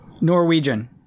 Norwegian